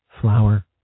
Flower